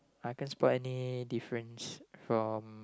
I can't spot any difference from